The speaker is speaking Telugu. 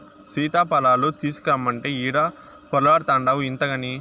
సీతాఫలాలు తీసకరమ్మంటే ఈడ పొర్లాడతాన్డావు ఇంతగని